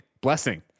Blessing